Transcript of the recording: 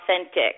authentic